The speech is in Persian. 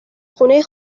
خونه